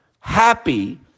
happy